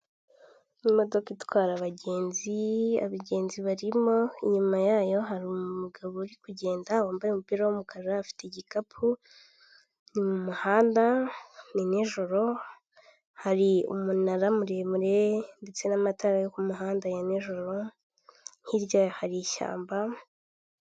Inzu mu ibara ry'umweru, umukara, umutuku ibirahure bifunguye inzugi zifunguye hariho ibyapa byamamaza mu ibara ry'umweru ndetse n'ubururu ikinyabiziga gifite ibara ry'umuntu kiri kunyura imbere.